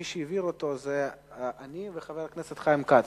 מי שהעבירו אותו זה אני וחבר הכנסת חיים כץ.